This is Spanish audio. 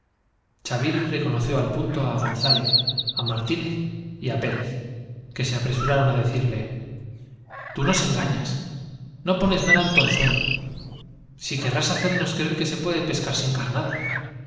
chaviri reconoció al punto á gonzález á martínez y á pérez que se apresuraroll á decirle tú nos engañas j n o pones nada en tu anzuelo si querrás hacernos creer que se puede pescar sin carnada